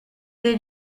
des